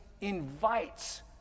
invites